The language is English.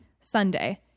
Sunday